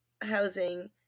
housing